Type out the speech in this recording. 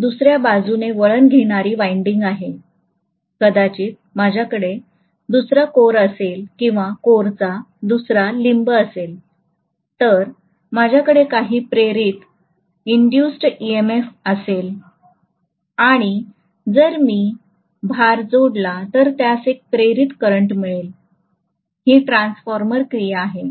दुसऱ्या बाजूने वळण घेणारी वायंडिंग आहे कदाचित माझ्याकडे दुसरा कोर असेल किंवा कोरचा दुसरा लिंब असेल तर माझ्याकडे काही प्रेरित EMF असेल आणि जर मी भार जोडला तर त्यास एक प्रेरित करंट मिळेल ही ट्रान्सफॉर्मर क्रिया आहे